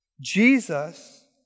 Jesus